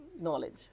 knowledge